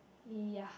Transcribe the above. ya